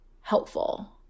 helpful